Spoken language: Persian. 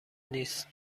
نیست